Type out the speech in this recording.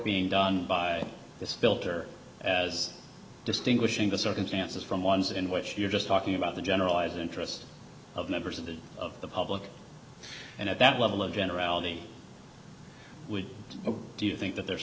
being done by this filter as distinguishing the circumstances from ones in which you're just talking about the generalized interest of members of the of the public and at that level of generality we do think that there's